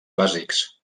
bàsics